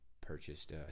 purchased